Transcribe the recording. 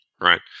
right